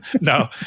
No